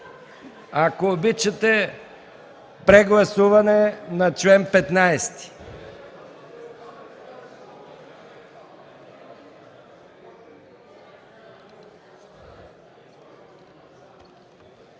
Ако обичате, прегласуване на чл. 15.